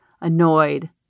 annoyed